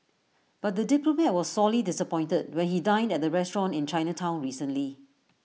but the diplomat was sorely disappointed when he dined at the restaurant in Chinatown recently